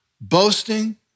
Boasting